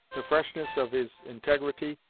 the freshness of his integrity,